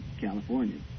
California